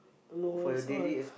no it's all